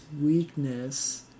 weakness